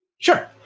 Sure